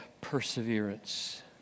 Perseverance